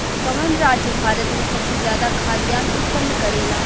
कवन राज्य भारत में सबसे ज्यादा खाद्यान उत्पन्न करेला?